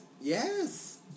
Yes